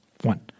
One